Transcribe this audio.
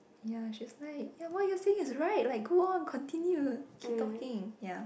ya she's like ya what you are saying is right like go on continue keep talking